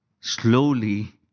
slowly